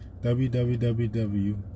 www